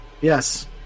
Yes